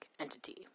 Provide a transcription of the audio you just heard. entity